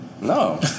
No